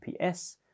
GPS